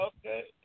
Okay